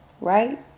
right